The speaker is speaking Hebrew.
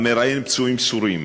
המראיין פצועים סורים.